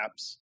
apps